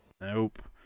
Nope